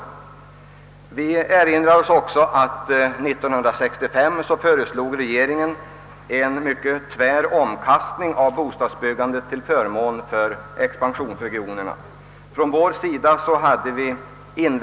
Jag vill vidare erinra om att regeringen 1965 föreslog en mycket tvär omkastning av bostadsbyggandet till förmån för expansionsregionerna. Riksdagen beslutade enligt detta förslag.